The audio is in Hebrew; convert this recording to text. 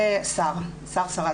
זה שר/שרה.